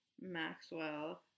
Maxwell